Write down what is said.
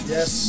Yes